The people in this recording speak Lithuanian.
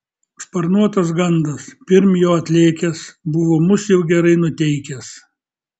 sparnuotas gandas pirm jo atlėkęs buvo mus jau gerai nuteikęs